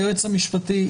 היועץ המשפטי,